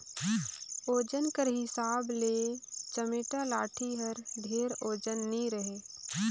ओजन कर हिसाब ले चमेटा लाठी हर ढेर ओजन नी रहें